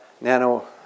nano